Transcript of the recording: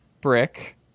brick